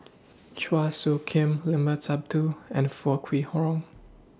Chua Soo Khim Limat Sabtu and Foo Kwee Horng